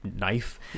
knife